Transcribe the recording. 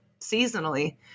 seasonally